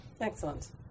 Excellent